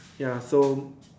ya so